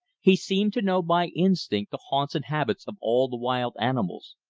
he seemed to know by instinct the haunts and habits of all the wild animals,